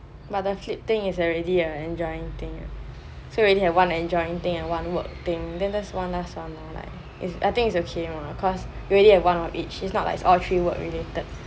but the flip thing is already your enjoying thing right so you already have one enjoying thing and one work thing then there is one last one lor I think it is okay one we already have one of each it's not like all three work related